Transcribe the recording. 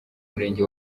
murenge